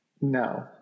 No